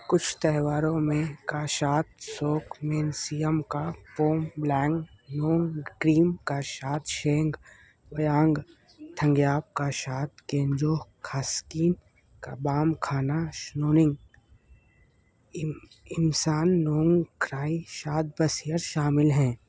کچھ تہواروں میں کاشاد سوک مینسیئم کا پوم بلانگ نونگ کریم کا شاد شینگ ویانگ تھنگیاپ کا شاد کینجوہ کھاسکین کا بام کھانا شنونگ امسان نونگ کھرائی شاد بہ سیئر شامل ہیں